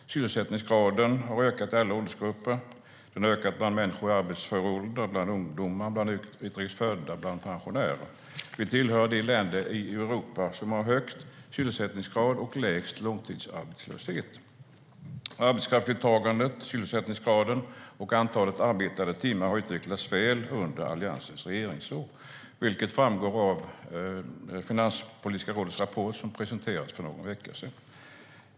Sysselsättningsgraden har ökat i alla åldersgrupper. Den har ökat bland människor i arbetsför ålder, bland ungdomar, bland utrikes födda och bland pensionärer. Vi tillhör de länder i Europa som har högst sysselsättningsgrad och lägst långtidsarbetslöshet. Arbetskraftsdeltagandet, sysselsättningsgraden och antalet arbetade timmar har utvecklats väl under Alliansens regeringsår, vilket framgår av Finanspolitiska rådets rapport som presenterades för någon vecka sedan.